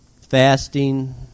fasting